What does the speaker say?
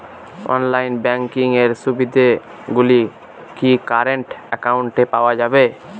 Online banking এর সুবিধে গুলি কি কারেন্ট অ্যাকাউন্টে পাওয়া যাবে?